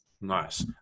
Nice